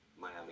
Miami